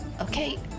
Okay